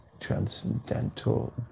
transcendental